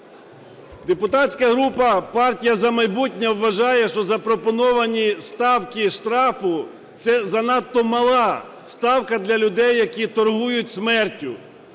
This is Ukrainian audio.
Депутатська група партія "За майбутнє" вважає, що запропоновані ставки штрафу – це занадто мала ставка для людей, які торгують смертю.